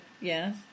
Yes